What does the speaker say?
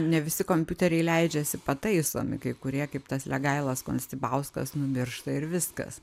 ne visi kompiuteriai leidžiasi pataisomi kai kurie kaip tas legailas konstibauskas numiršta ir viskas